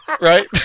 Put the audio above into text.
right